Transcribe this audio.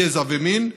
גזע ומין,